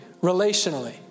relationally